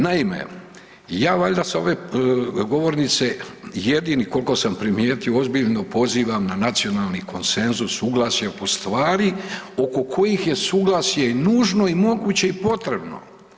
Naime, ja valjda s ove govornice jedini koliko sam primijetio, ozbiljno pozivan na nacionalni konsenzus, suglasje po stvari oko kojih je suglasje i nužno i moguće i potrebno.